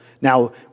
now